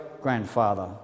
grandfather